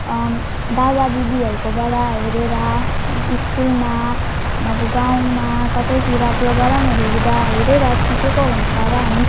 दादा दिदीहरूकोबाट हेरेर स्कुलमा अब गाउँमा कतैतिर प्रोग्रामहरू हुँदा हेरेर सिकेको हुन्छ र हामी